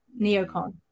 neocon